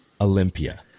Olympia